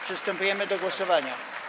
Przystępujemy do głosowania.